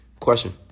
Question